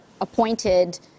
appointed